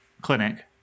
clinic